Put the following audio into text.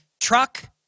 truck